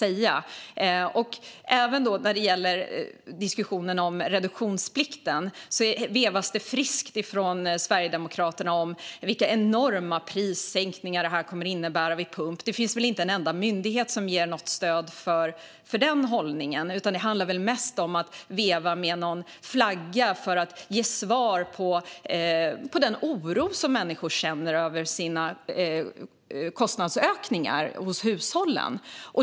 Även när det gäller diskussionen om reduktionsplikten vevas det friskt från Sverigedemokraterna om vilka enorma prissänkningar det kommer att innebära vid pump. Det finns väl inte en enda myndighet som ger något stöd för den hållningen. Det handlar mest om att veva med någon flagga för att ge svar på den oro som hushållen känner över sina kostnadsökningar.